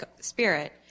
Spirit